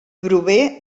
prové